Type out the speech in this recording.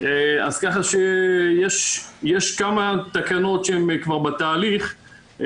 אז ככה שיש כמה תקנות שהן כבר בתהליך,